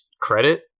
credit